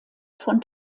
von